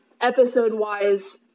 episode-wise